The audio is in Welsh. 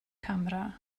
camera